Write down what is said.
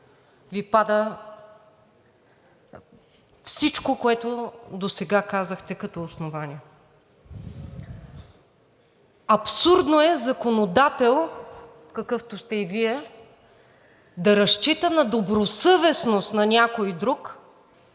Ви пада всичко, което досега казахте като основание. Абсурдно е законодател, какъвто сте и Вие, да разчита на добросъвестност на някой друг,